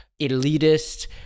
elitist